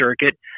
Circuit